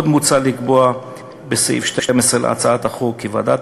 עוד מוצע לקבוע בסעיף 12 להצעת החוק כי ועדת